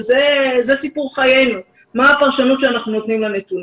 זה סיפור חיינו: מהי הפרשנות שאנחנו נותנים לנתונים?